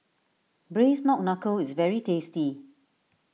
Braised Knuckle is very tasty